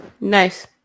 nice